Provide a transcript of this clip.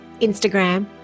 Instagram